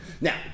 Now